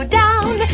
down